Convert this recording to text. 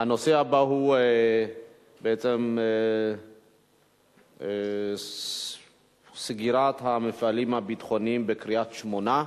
נעבור להצעות לסדר-היום בנושא: סגירת המפעלים הביטחוניים בקריית-שמונה,